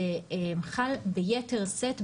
זה חל ביתר שאת,